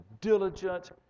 diligent